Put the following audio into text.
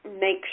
make